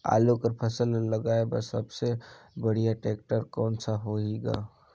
आलू कर फसल ल लगाय बर सबले बढ़िया टेक्टर कोन सा होही ग?